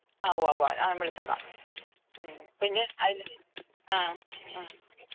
ആ ഉവ്വ് ഉവ്വ് ഉവ്വ് ഞാൻ വിളിച്ചേക്കാം മ് പിന്നെ അതില് അ അ